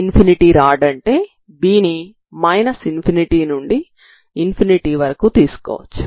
infinity rod అంటే B ∞ నుండి ∞ వరకు ఉంటుంది